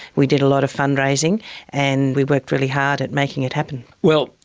we did a lot of fundraising and we worked really hard at making it happen. well,